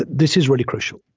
this is really crucial.